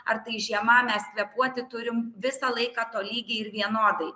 ar tai žiema mes kvėpuoti turim visą laiką tolygiai ir vienodai